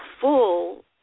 full